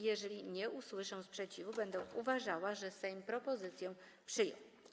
Jeżeli nie usłyszę sprzeciwu, będę uważała, że Sejm propozycję przyjął.